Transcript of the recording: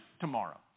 tomorrow